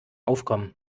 aufkommen